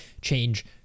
change